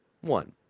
One